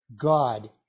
God